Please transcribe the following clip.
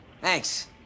Thanks